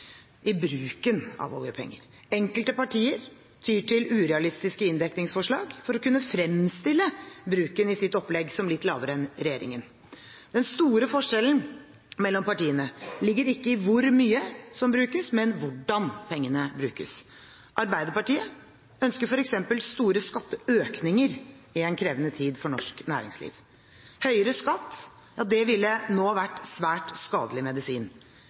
i bruken av oljepenger. Enkelte partier tyr til urealistiske inndekningsforslag for å kunne fremstille bruken i sitt opplegg som litt lavere enn regjeringens. Den store forskjellen mellom partiene ligger ikke i hvor mye som brukes, men i hvordan pengene brukes. Arbeiderpartiet ønsker f.eks. store skatteøkninger i en krevende tid for norsk næringsliv. Høyere skatt ville nå vært svært skadelig medisin.